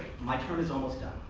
my turn is almost done,